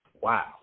wow